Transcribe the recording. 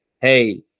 hey